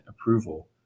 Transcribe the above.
approval